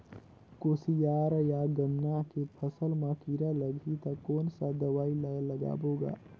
कोशियार या गन्ना के फसल मा कीरा लगही ता कौन सा दवाई ला लगाबो गा?